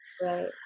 right